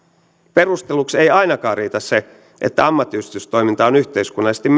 perusteluksi ei ainakaan riitä se että ammattiyhdistystoiminta on yhteiskunnallisesti